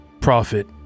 profit